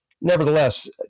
nevertheless